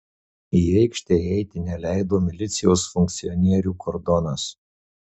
į aikštę įeiti neleido milicijos funkcionierių kordonas